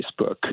Facebook